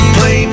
Play